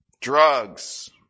drugs